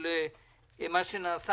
מה שנעשה.